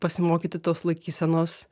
pasimokyti tos laikysenos